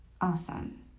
awesome